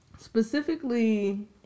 specifically